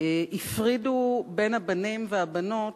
הפרידו בין הבנים והבנות,